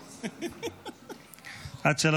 עטאונה, זה לכל הפגים.